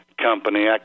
company